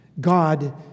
God